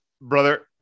Brother